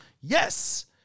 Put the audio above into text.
Yes